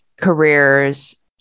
careers